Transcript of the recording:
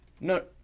No